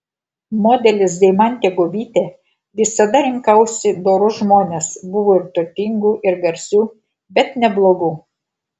modelis deimantė guobytė visada rinkausi dorus žmones buvo ir turtingų ir garsių bet ne blogų